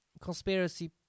conspiracy